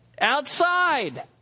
Outside